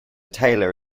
tailor